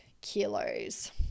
kilos